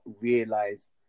realize